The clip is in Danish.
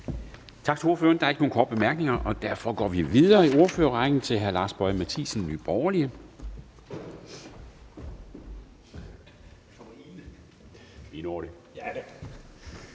Tak til ordføreren. Der er ikke nogen korte bemærkninger, og derfor går vi videre i ordførerrækken til hr. Lars Boje Mathiesen, Nye Borgerlige.